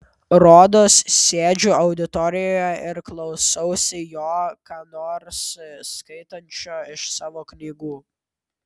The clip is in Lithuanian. rodos sėdžiu auditorijoje ir klausausi jo ką nors skaitančio iš savo knygų